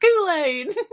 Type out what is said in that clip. Kool-Aid